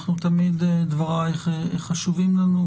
תמיד דברייך חשובים לנו,